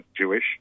Jewish